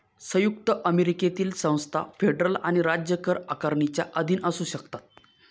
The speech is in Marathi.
संयुक्त अमेरिकेतील संस्था फेडरल आणि राज्य कर आकारणीच्या अधीन असू शकतात